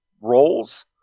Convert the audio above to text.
roles